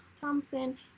Thompson